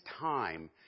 time